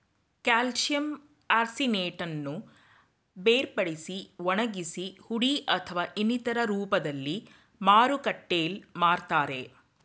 calcium ಆರ್ಸಿನೇಟನ್ನು ಬೇರ್ಪಡಿಸಿ ಒಣಗಿಸಿ ಹುಡಿ ಅಥವಾ ಇನ್ನಿತರ ರೂಪ್ದಲ್ಲಿ ಮಾರುಕಟ್ಟೆಲ್ ಮಾರ್ತರೆ